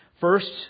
First